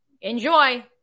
enjoy